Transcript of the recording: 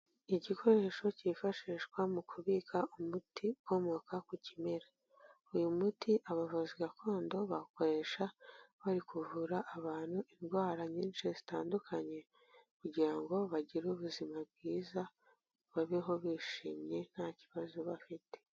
Igikoresho cyifashishwa mu kubika umuti ukomoka ku kimera, uyu muti abavuzi gakondo bawukoresha bari kuvura abantu indwara nyinshi zitandukanye kugira ngo bagire ubuzima bwiza, babeho bishimye nta kibazo bafite.